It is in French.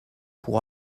pour